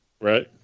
Right